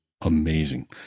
amazing